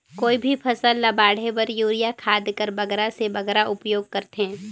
कोई भी फसल ल बाढ़े बर युरिया खाद कर बगरा से बगरा उपयोग कर थें?